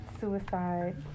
suicide